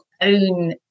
own